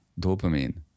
dopamine